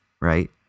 right